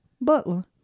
Butler